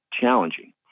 challenging